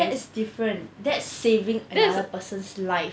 that is different that's saving another person's life